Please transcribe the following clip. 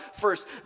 first